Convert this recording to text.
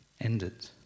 ended